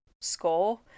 score